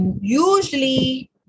usually